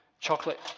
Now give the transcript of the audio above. chocolate